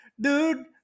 dude